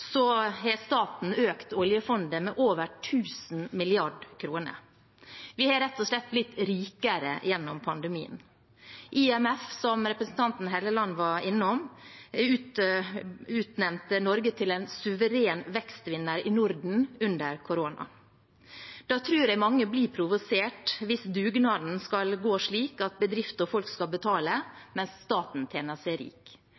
har staten økt oljefondet med over 1 000 mrd. kr. Vi har rett og slett blitt rikere gjennom pandemien. IMF, som representanten Helleland var innom, utnevnte Norge til en «suveren vekstvinner i Norden under koronaen». Da tror jeg mange blir provosert hvis dugnaden skal være slik at bedrifter og folk skal betale mens staten tjener seg rik.